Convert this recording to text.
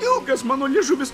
ilgas mano liežuvis